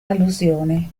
allusione